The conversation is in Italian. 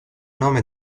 nome